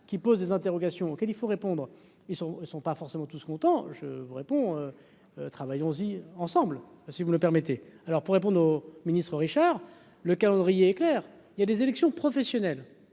qu'il pose des interrogations auxquelles il faut répondre, ils sont, ils sont pas forcément tous content je vous réponds : travaillons aussi ensemble si vous le permettez, alors pour répondre aux. Ministre Richard le calendrier est clair : il y a des élections professionnelles